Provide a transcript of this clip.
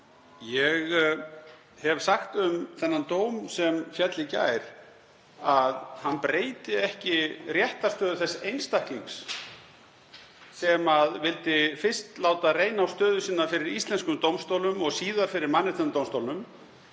Ég hef sagt um þennan dóm sem féll í gær að hann breyti ekki réttarstöðu þess einstaklings sem vildi fyrst láta reyna á stöðu sína fyrir íslenskum dómstólum og síðar fyrir Mannréttindadómstólnum.